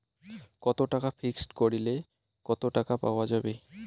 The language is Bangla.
কত টাকা ফিক্সড করিলে কত টাকা পাওয়া যাবে?